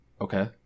Okay